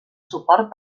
suport